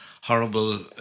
horrible